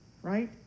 Right